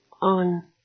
on